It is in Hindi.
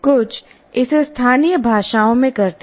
कुछ इसे स्थानीय भाषाओं में करते हैं